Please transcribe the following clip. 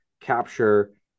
Capture